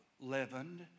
leavened